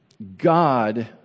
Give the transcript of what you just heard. God